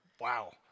Wow